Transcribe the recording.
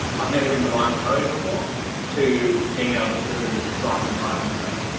i've never written a line of code before to being able to write some python code.